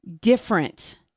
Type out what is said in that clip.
different